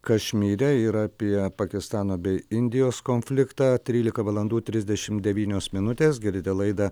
kašmyre ir apie pakistano bei indijos konfliktą trylika valandų trisdešim devynios minutės girdite laidą